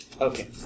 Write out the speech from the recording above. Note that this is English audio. Okay